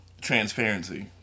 Transparency